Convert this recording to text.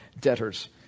debtors